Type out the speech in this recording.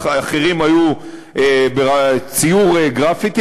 אחרים היו ציור גרפיטי,